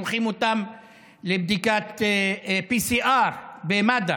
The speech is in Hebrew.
אחר כך שולחים לבדיקת PCR במד"א,